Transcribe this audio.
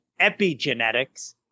epigenetics